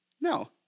No